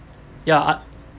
ya ah